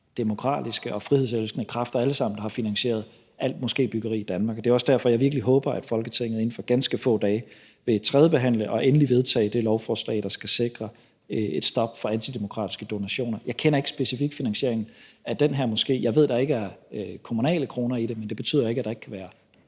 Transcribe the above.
demokratiske og frihedselskende kræfter, der har finansieret al moskébyggeri i Danmark, og det er også derfor, jeg virkelig håber, at Folketinget inden for ganske få dage vil tredjebehandle og endelig vedtage det lovforslag, der skal sikre et stop for antidemokratiske donationer. Jeg kender ikke specifikt finansieringen af den her moské. Jeg ved, at der ikke er kommunale kroner i det, men det betyder ikke, at der ikke kan være